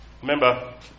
Remember